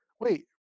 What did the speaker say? Wait